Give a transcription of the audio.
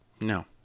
no